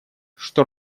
что